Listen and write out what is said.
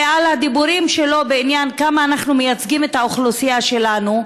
ועל הדיבורים שלו בעניין כמה אנחנו מייצגים את האוכלוסייה שלנו,